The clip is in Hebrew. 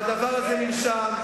והדבר הזה נמשך,